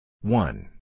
One